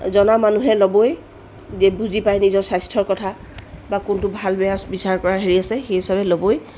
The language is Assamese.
জনা মানুহে ল'বই যি বুজি পায় নিজৰ স্বাস্থ্যৰ কথা বা কোনটো ভাল বেয়া বিচাৰ কৰাৰ হেৰি আছে সেইচবে ল'বই